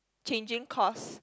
changing course